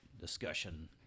discussion